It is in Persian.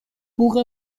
بوق